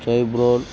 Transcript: Chebrolu